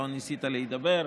לא ניסית להידבר,